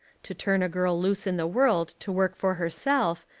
to turn a girl loose in the world to work for herself,